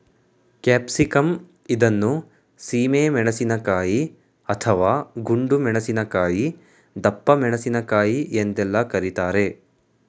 capsicum ಇದನ್ನು ಸೀಮೆ ಮೆಣಸಿನಕಾಯಿ, ಅಥವಾ ಗುಂಡು ಮೆಣಸಿನಕಾಯಿ, ದಪ್ಪಮೆಣಸಿನಕಾಯಿ ಎಂದೆಲ್ಲ ಕರಿತಾರೆ